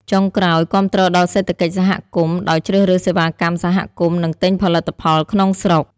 ចុងក្រោយ គាំទ្រដល់សេដ្ឋកិច្ចសហគមន៍ ដោយជ្រើសរើសសេវាកម្មសហគមន៍ និងទិញផលិតផលក្នុងស្រុក។